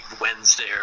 Wednesday